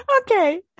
Okay